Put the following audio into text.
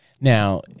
Now